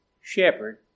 shepherd